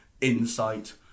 insight